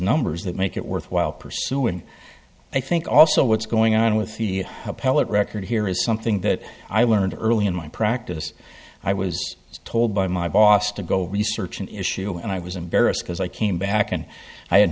numbers that make it worthwhile pursuing i think also what's going on with the appellate record here is something that i learned early in my practice i was told by my boss to go research an issue and i was embarrassed because i came back and i had